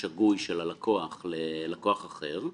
שגוי של הלקוח ללקוח אחר,